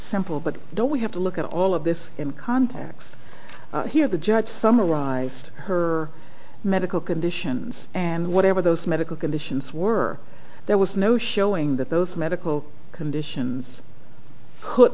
simple but don't we have to look at all of this in context here the judge summarized her medical conditions and whatever those medical conditions were there was no showing that those medical conditions could